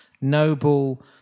Noble